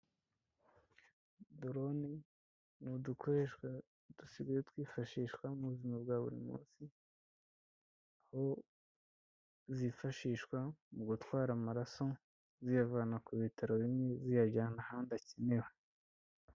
Doroni ni udukoreshwa dusigaye twifashishwa mu buzima bwa buri munsi, aho zifashishwa mu gutwara amaraso ziyavana ku bitaro bimwe ziyajyana ahandi akenewe.